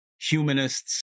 humanists